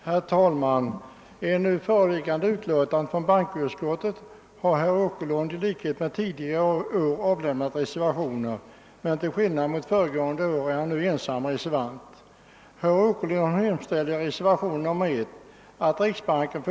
Herr talman! I det nu föreliggande utlåtandet från bankoutskottet har herr Åkerlund i likhet med tidigare år avlämnat reservationer, men till skillnad mot föregående år är han nu ensam reservant.